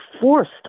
forced